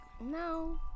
no